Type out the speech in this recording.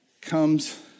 comes